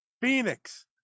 Phoenix